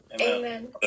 Amen